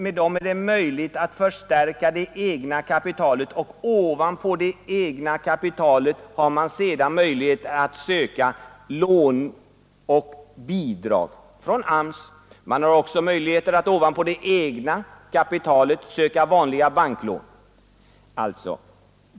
Med dem är det möjligt att förstärka det egna kapitalet, och ovanpå detta har man sedan möjlighet att söka lån och bidrag från AMS. Man kan också ovanpå det egna kapitalet söka vanliga banklån.